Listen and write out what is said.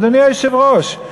אדוני היושב-ראש,